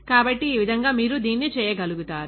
కాబట్టి ఈ విధంగా మీరు దీన్ని చేయగలుగుతారు